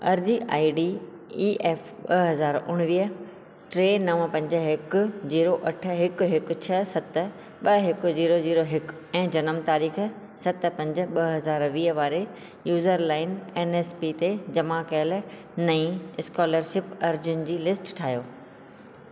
अर्ज़ी I D E F ॿ हज़ार उणिवींह टे नव पंज हिकु ज़ीरो अठ हिकु हिकु छह सत ॿ हिकु ज़ीरो ज़ीरो हिकु ऐं जनम तारीख़ सत पंज ॿ हज़ार वीह वारे user line N S P ते जमा कयलु नईं स्कॉलरशिप अर्ज़ियुनि जी लिस्ट ठाहियो